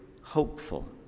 hopeful